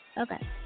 Okay